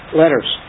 letters